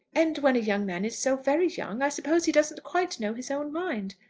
and when a young man is so very young, i suppose he doesn't quite know his own mind.